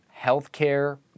healthcare